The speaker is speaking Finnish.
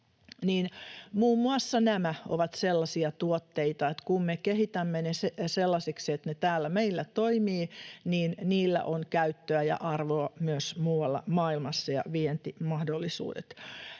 niin muun muassa nämä ovat sellaisia tuotteita, että kun me kehitämme ne sellaisiksi, että ne täällä meillä toimivat, niin niillä on käyttöä ja arvoa myös muualla maailmassa ja vientimahdollisuudet.